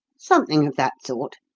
something of that sort.